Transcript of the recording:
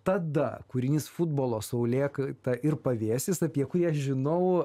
tada kūrinys futbolo saulėkaita ir pavėsis apie kurį aš žinau